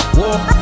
walk